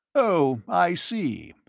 oh, i see.